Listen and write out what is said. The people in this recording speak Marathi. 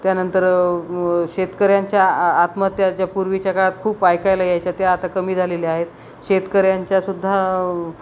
त्यानंतर शेतकऱ्यांच्या आ आत्महत्याच्या पूर्वीच्या काळात खूप ऐकायला यायच्या त्या आता कमी झालेल्या आहेत शेतकऱ्यांच्यासुद्धा